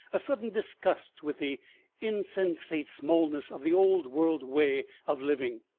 a sudden disgust with the insensate smallness of the old-world way of living,